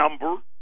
number